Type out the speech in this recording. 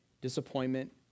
disappointment